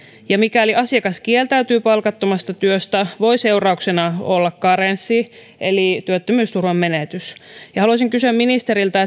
mikäli asiakas kieltäytyy palkattomasta työstä voi seurauksena olla karenssi eli työttömyysturvan menetys haluaisin kysyä ministeriltä